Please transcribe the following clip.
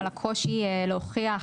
על הקושי להוכיח,